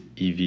EV